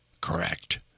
Correct